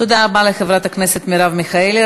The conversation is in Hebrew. תודה רבה לחברת הכנסת מרב מיכאלי.